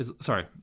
Sorry